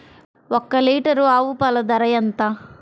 ఒక్క లీటర్ ఆవు పాల ధర ఎంత?